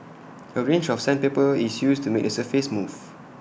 A range of sandpaper is used to make the surface smooth